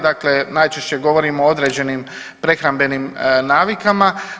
Dakle, najčešće govorim o određenim prehrambenim navikama.